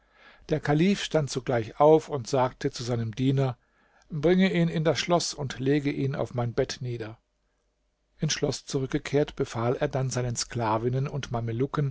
der kalif stand sogleich auf und sagte zu seinem diener bringe ihn in das schloß und lege ihn auf mein bett nieder ins schloß zurückgekehrt befahl er dann seinen sklavinnen und